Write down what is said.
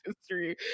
history